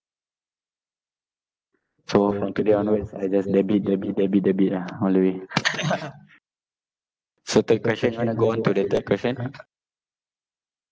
so from today onwards I just debit debit debit debit ah all the way so third question want to go on to the third question